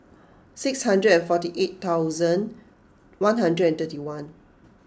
six hundred and forty eight thousand one hundred and thirty one